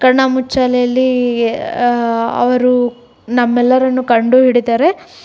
ಕಣ್ಣಾಮುಚ್ಚಾಲೆಯಲ್ಲಿ ಅವರು ನಮ್ಮೆಲ್ಲರನ್ನೂ ಕಂಡುಹಿಡಿದರೆ